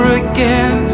again